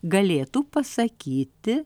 galėtų pasakyti